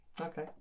Okay